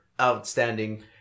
outstanding